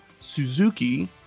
Suzuki